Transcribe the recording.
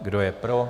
Kdo je pro?